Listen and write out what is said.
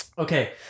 Okay